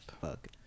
fuck